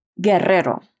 Guerrero